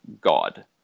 God